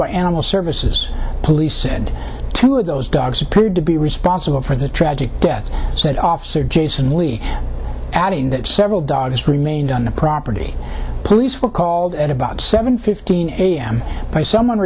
by animal services police said two of those dogs appeared to be responsible for the tragic deaths said officer jason lee adding that several dogs remained on the property police were called at about seven fifteen a m by someone